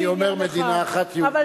אני אומר מדינה אחת יהודית ודמוקרטית.